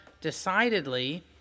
decidedly